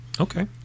Okay